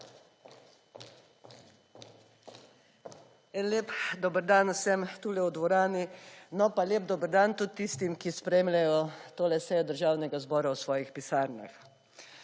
Lep dober dan vsem tukaj v dvorani! No, pa lep dober dan tudi tistim, ki spremljajo tole sejo Državnega zbora v svojih pisarnah!